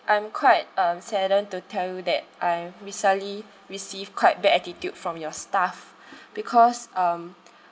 I'm quite um saddened to tell you that I've recently received quite bad attitude from your staff because um